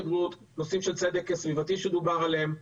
נושאים של צדק סביבתי שדובר עליהם.